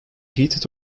heated